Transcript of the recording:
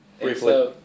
Briefly